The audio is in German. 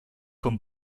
vom